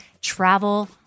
travel